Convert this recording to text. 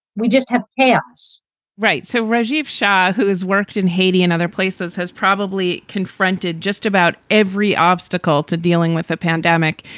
we just have chaos right. so rajiv shah, who has worked in haiti and other places, has probably confronted just about every obstacle to dealing with a pandemic,